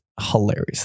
hilarious